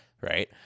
right